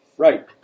Right